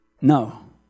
No